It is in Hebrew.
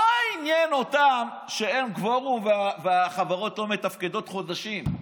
לא עניין אותם שאין קוורום והחברות לא מתפקדות חודשים,